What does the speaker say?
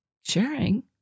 sharing